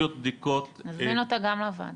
נזמין אותה גם לוועדה.